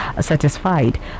satisfied